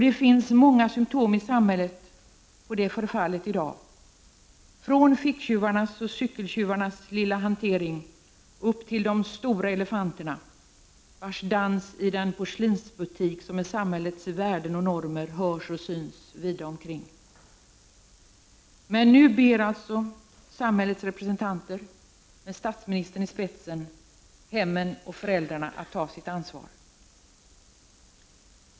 Det finns många symtom i samhället på det förfallet i dag — det gäller allt från ficktjuvarnas och cykeltjuvarnas lilla hantering till de stora elefanterna, vilkas dans i den porslinsbutik som samhällets värden och normer utgör hörs och syns vida omkring. Nu ber alltså samhällets representanter, med statsministern i spetsen, hemmen och föräldrarna att ta sitt ansvar.